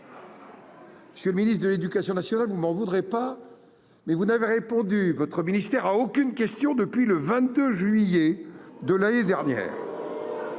Monsieur le ministre de l'Éducation nationale, vous m'en voudrez pas, mais vous n'avez répondu votre ministère à aucune question, depuis le 22 juillet de l'année dernière.